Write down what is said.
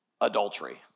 adultery